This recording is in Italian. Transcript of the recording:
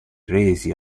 resi